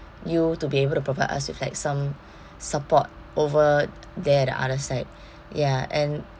you to be able to provide us with like some support over ya the other side ya and